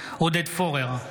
עודד פורר,